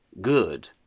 Good